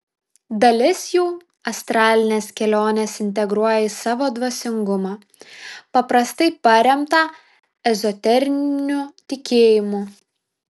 dalis jų astralines keliones integruoja į savo dvasingumą paprastai paremtą ezoteriniu tikėjimu